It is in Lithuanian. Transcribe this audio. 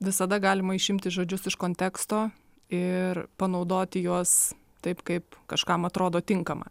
visada galima išimti žodžius iš konteksto ir panaudoti juos taip kaip kažkam atrodo tinkama